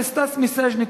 וסטס מיסז'ניקוב,